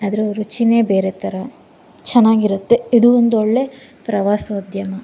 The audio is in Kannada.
ಅದ್ರ ರುಚಿಯೇ ಬೇರೆ ಥರ ಚೆನ್ನಾಗಿರುತ್ತೆ ಇದು ಒಂದು ಒಳ್ಳೆಯ ಪ್ರವಾಸೋದ್ಯಮ